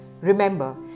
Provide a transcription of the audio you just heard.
Remember